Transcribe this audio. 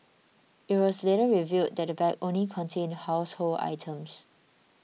it was later revealed that the bag only contained household items